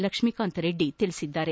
ಲಕ್ಷ್ಮೀಕಾಂತ್ ರೆಡ್ಡಿ ತಿಳಿಸಿದ್ದಾರೆ